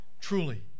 Truly